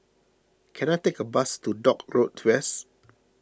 can I take a bus to Dock Road West